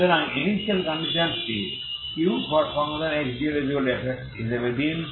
সুতরাং ইনিশিয়াল কন্ডিশনসটি ux0f হিসাবে দিন